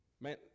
man